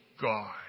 God